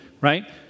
right